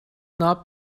not